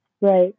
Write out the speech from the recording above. Right